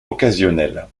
occasionnelles